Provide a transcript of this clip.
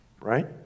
Right